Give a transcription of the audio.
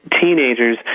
teenagers